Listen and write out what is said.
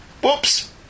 Whoops